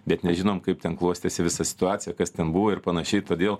bet nežinom kaip ten klostėsi visa situacija kas ten buvo ir panašiai todėl